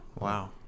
wow